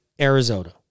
Arizona